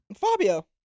Fabio